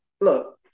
Look